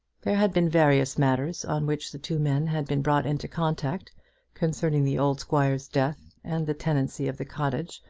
there had been various matters on which the two men had been brought into contact concerning the old squire's death and the tenancy of the cottage,